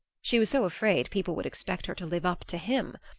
she was so afraid people would expect her to live up to him.